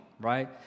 right